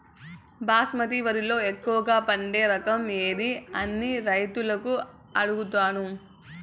బాస్మతి వరిలో ఎక్కువగా పండే రకం ఏది అని రైతులను అడుగుతాను?